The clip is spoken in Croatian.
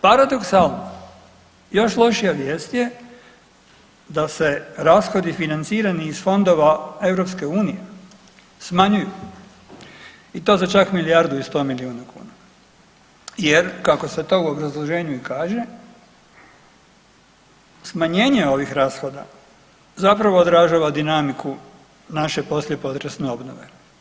Paradoksalno još lošija vijest je da se rashodi financirani iz fondova EU smanjuju i to za čak za milijardu i 100 milijuna kuna jer kako se to u obrazloženju i kaže smanjenje ovih rashoda zapravo odražava dinamiku naše poslije potresne obnove.